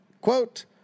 Quote